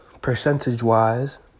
percentage-wise